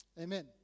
Amen